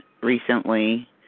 recently